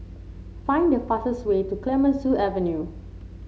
find the fastest way to Clemenceau Avenue